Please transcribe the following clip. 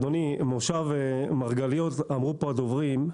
אדוני, מושב מרגליות אמרו פה הדוברים,